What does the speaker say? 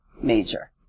major